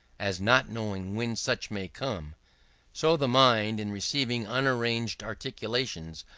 as not knowing when such may come so, the mind in receiving unarranged articulations,